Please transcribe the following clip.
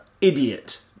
idiot